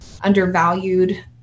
undervalued